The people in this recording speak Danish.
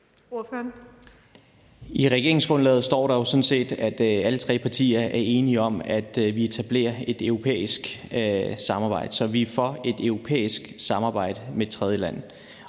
I regeringsgrundlaget står der jo sådan set, at alle tre partier er enige om, at vi etablerer et europæisk samarbejde. Så vi er for et europæisk samarbejde med et tredjeland.